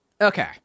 okay